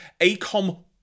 Acom